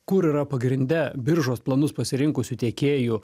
kur yra pagrinde biržos planus pasirinkusių tiekėjų